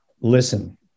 listen